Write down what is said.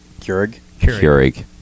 Keurig